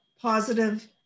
positive